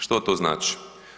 Što to znači?